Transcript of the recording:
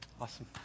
Awesome